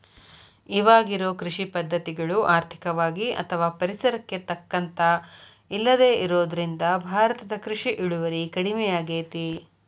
ಇವಾಗಿರೋ ಕೃಷಿ ಪದ್ಧತಿಗಳು ಆರ್ಥಿಕವಾಗಿ ಅಥವಾ ಪರಿಸರಕ್ಕೆ ತಕ್ಕಂತ ಇಲ್ಲದೆ ಇರೋದ್ರಿಂದ ಭಾರತದ ಕೃಷಿ ಇಳುವರಿ ಕಡಮಿಯಾಗೇತಿ